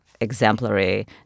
exemplary